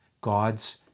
god's